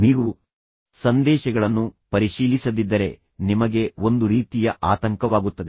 ನೀವು ಸಂದೇಶಗಳನ್ನು ಪರಿಶೀಲಿಸದಿದ್ದರೆ ನಿಮಗೆ ಒಂದು ರೀತಿಯ ಆತಂಕವಾಗುತ್ತದೆ